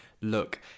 look